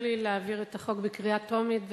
הצעת החוק האחרונה על